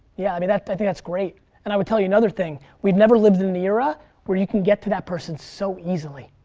yeah, i mean i think that's great. and i would tell you another thing. we've never lived in an era where you can get to that person so easily.